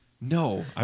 No